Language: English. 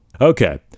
Okay